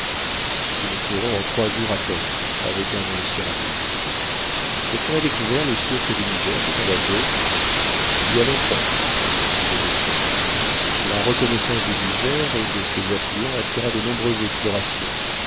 ce que nous ferons en trois jours à peine avec un vent aussi rapide est-ce qu'on a découvert les sources du niger demanda joe il y a longtemps répondit le docteur la reconnaissance du niger et de ses affluents attira de nombreuses explorations